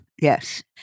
Yes